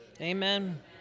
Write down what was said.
Amen